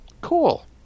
Cool